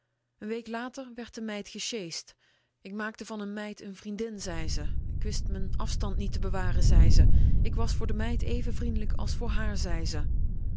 week later werd de meid gesjeesd ik maakte van n meid n vriendin zei ze ik wist m'n afstand niet te bewaren zei ze ik was voor de meid even vriendelijk als voor haar zei ze